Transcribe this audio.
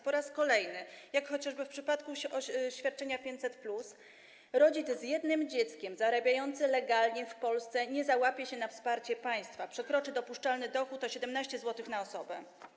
Po raz kolejny, jak chociażby w przypadku świadczenia 500+, rodzic z jednym dzieckiem zarabiający legalnie w Polsce nie załapie się na wsparcie państwa, bo przekroczy dopuszczalny dochód o 17 zł na osobę.